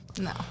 No